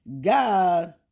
God